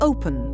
Open